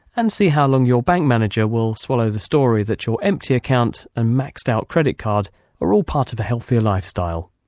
and see how long your bank manager will swallow the story that your empty account and maxed out credit card are all part of a healthier lifestyle!